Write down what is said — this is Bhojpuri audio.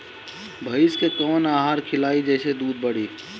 भइस के कवन आहार खिलाई जेसे दूध बढ़ी?